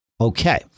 Okay